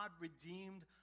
redeemed